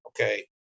Okay